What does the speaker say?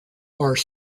are